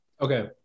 Okay